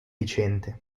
viciente